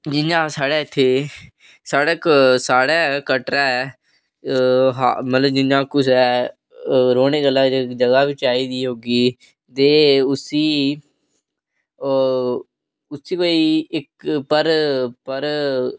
जि'यां साढ़े इत्थै साढ़े कटड़ा मतलब जि'यां कुसै रौह्ने गल्ला जगह् बी चाहिदी होगी ते उसी ओह् उसी कोई इक पर पर